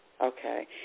okay